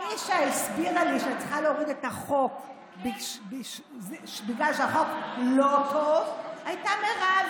מי שהסבירה לי שצריך להוריד את החוק מפני שהחוק לא טוב הייתה מירב.